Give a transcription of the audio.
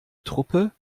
truppe